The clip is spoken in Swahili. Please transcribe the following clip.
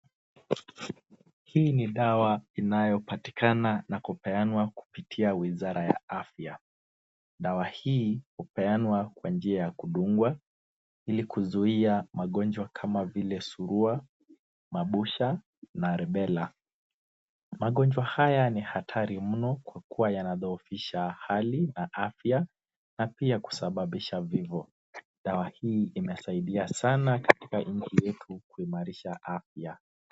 Hii ni dawa inayopatikana na kupeanwa kupitia wizara ya afya. Dawa hii hupeanwa kwa njia ya kudungwa ili kuzuia magonjwa kama vile surua, mabusha na rebella . Magonjwa haya ni hatari mno kwa kuwa yanadhoofisha hali na afya na pia kusababisha vifo. Dawa hii imesaidia sana katika nchi yetu kuimarisha afya.